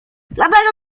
dlatego